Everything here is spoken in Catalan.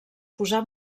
posar